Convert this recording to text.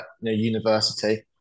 university